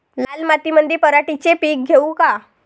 लाल मातीमंदी पराटीचे पीक घेऊ का?